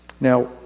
Now